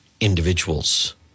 individuals